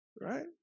Right